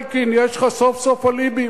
אלקין, יש לך סוף-סוף אליבי.